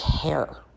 care